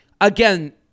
again